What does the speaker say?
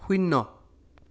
শূন্য